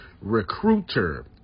Recruiter